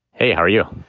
hey. how are you?